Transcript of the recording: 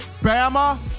Bama